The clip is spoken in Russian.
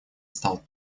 стал